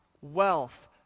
wealth